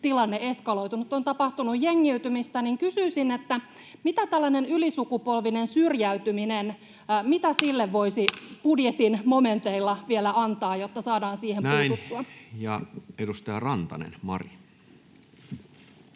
tilanne eskaloitunut, on tapahtunut jengiytymistä. Kysyisin: Mitä tällaiselle ylisukupolviselle syrjäytymiselle voisi budjetin momenteilla vielä antaa, jotta saadaan siihen puututtua? Näin. — Ja edustaja Rantanen, Mari.